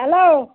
hello